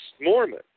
Mormon